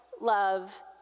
love